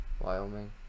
Wyoming